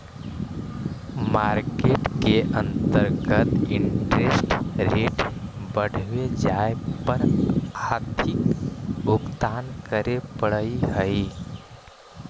market के अंतर्गत interest rate बढ़वे जाए पर अधिक भुगतान करे पड़ऽ हई